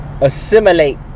assimilate